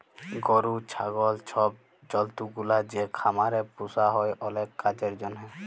গরু, ছাগল ছব জল্তুগুলা যে খামারে পুসা হ্যয় অলেক কাজের জ্যনহে